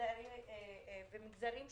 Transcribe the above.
ולפי מגזרים שונים.